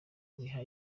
wiha